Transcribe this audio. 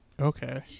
Okay